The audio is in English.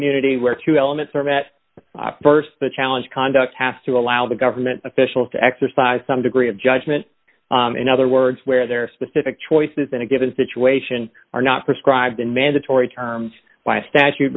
immunity where two elements are met st the challenge conduct has to allow the government officials to exercise some degree of judgment in other words where their specific choices in a given situation are not prescribed in mandatory terms by statute